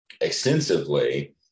extensively